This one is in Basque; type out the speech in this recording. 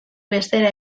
bestera